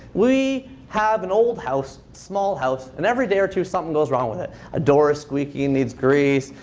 we have an old house, small house. and every day or two, something goes wrong with it. a door is squeaky, and needs grease.